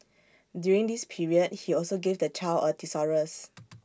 during this period he also gave the child A thesaurus